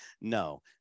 No